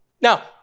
Now